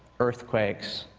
earthquakes,